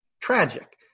tragic